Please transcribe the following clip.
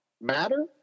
matter